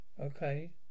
Okay